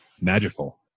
magical